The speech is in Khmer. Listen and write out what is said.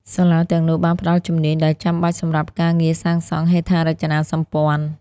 សាលាទាំងនោះបានផ្តល់ជំនាញដែលចាំបាច់សម្រាប់ការងារសាងសង់ហេដ្ឋារចនាសម្ព័ន្ធ។